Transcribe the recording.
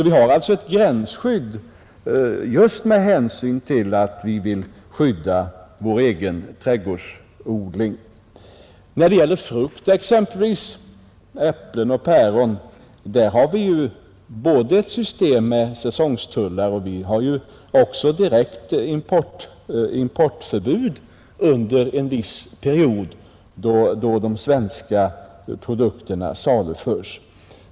Vi har alltså ett gränsskydd just med hänsyn till att vi vill skydda vår egen trädgårdsod När det gäller frukt, exempelvis äpplen och päron, har vi både ett system med säsongstullar och ett direkt importförbud under en viss period, då de svenska produkterna saluförs.